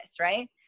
Right